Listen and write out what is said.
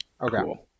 Okay